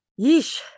yeesh